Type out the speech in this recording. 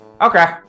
okay